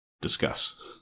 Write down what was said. discuss